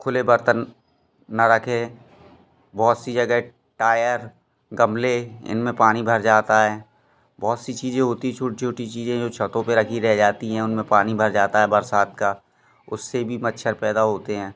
खुले बर्तन न रखें बहुत सी जगह टायर गमले इनमें पानी भर जाता है बहुत सी चीज़ें होती हैं छोटी छोटी चीज़ें जो छतों पर रखी रह जाती हैं उनमें पानी भर जाता है बरसात का उससे भी मच्छर पैदा होते हैं